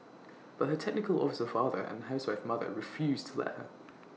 but her technical officer father and housewife mother refused to let her